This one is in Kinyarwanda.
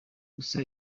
gusa